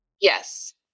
Yes